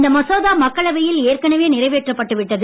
இந்த மசோதா மக்களவையில் ஏற்கனவே நிறைவேற்றப்பட்டுவிட்டது